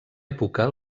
època